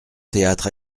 théâtre